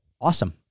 awesome